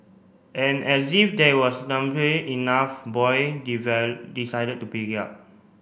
and as if that was enough Boyd decided to pick it up